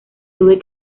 tuve